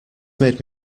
made